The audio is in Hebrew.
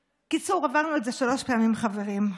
בקיצור, עברנו את זה שלוש פעמים, חברים.